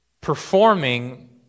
performing